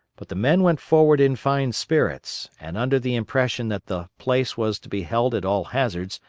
but the men went forward in fine spirits and, under the impression that the place was to be held at all hazards,